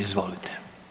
Izvolite.